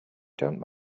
don’t